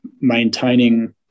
maintaining